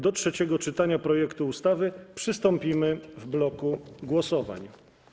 Do trzeciego czytania projektu ustawy przystąpimy w bloku głosowań.